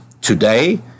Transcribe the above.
today